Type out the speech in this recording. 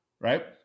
right